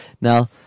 Now